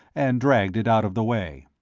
and dragged it out of the way.